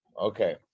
Okay